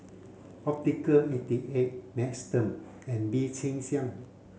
Optical eighty eight Nestum and Bee Cheng Hiang